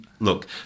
Look